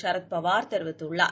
ஷரத் பவார் தெரிவித்துள்ளார்